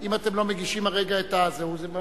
אם אתם לא מגישים את זה הרגע, השידורים מפסיקים.